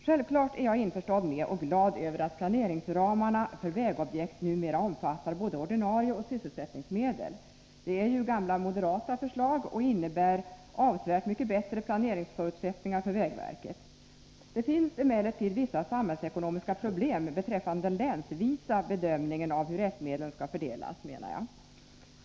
Självfallet är jag införstådd med och glad över att planeringsramarna för vägobjekt numera omfattar både ordinarie medel och sysselsättningsmedel. Detta är ju gamla moderata förslag och innebär avsevärt mycket bättre planeringsförutsättningar för vägverket. Det finns emellertid vissa samhällsekonomiska problem beträffande den länsvisa bedömningen av hur sysselsättningsmedlen skall fördelas, menar jag.